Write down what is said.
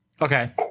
Okay